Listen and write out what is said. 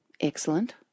excellent